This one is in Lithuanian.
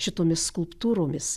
šitomis skulptūromis